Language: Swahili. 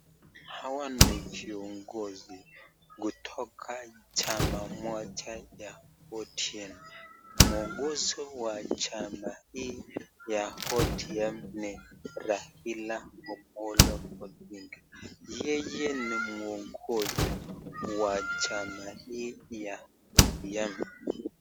Hawa ni viongozi kutoka chama moja cha ODM, muongozi wa chama hii ya ODM ni Raila Amollo Odinga, yeye ni muongozi wa chama hii ya ODM.